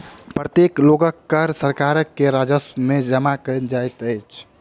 प्रत्येक लोकक कर सरकार के राजस्व में जमा कयल जाइत अछि